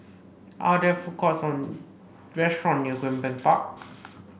are there food courts or restaurant near Greenbank Park